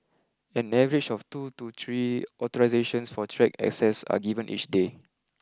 an average of two to three authorisations for track access are given each day